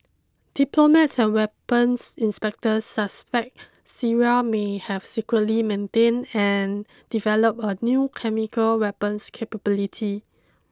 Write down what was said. diplomats and weapons inspectors suspect Syria may have secretly maintained and developed a new chemical weapons capability